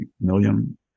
million